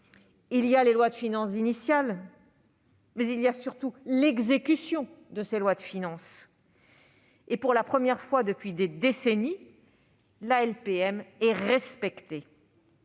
il y a les lois de finances initiales, mais il y a surtout l'exécution de ces lois de finances. Or, pour la première fois depuis des décennies, la LPM est respectée